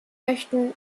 möchten